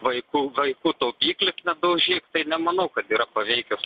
vaikų vaikų taupyklės nedaužyk nemanau kad yra paveikios